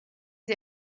sie